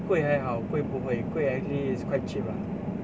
贵还好贵不会贵 actually is quite cheap lah